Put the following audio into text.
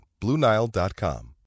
BlueNile.com